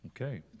Okay